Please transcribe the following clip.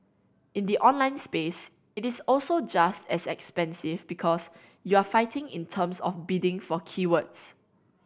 in the online space it is also just as expensive because you're fighting in terms of bidding for keywords